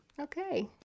Okay